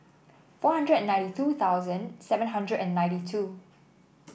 four hundred and ninety two thousand seven hundred and ninety two